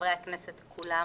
וחברי הכנסת כולם,